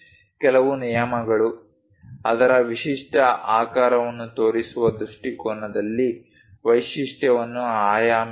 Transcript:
ಕೆಲವು ನಿಯಮಗಳು ಅದರ ವಿಶಿಷ್ಟ ಆಕಾರವನ್ನು ತೋರಿಸುವ ದೃಷ್ಟಿಕೋನದಲ್ಲಿ ವೈಶಿಷ್ಟ್ಯವನ್ನು ಆಯಾಮಿಸುತ್ತದೆ